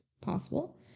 possible